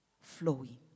flowing